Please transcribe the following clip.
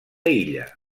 illa